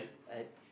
I